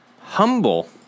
humble